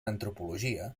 antropologia